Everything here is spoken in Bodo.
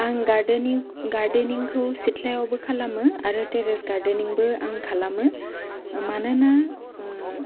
आं गार्डेनिं गार्डेनिंखौ सिथ्लायावबो खालामो आरो टेरेस गार्डेनिंबो आं खालामो मानोना